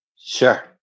Sure